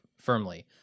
firmly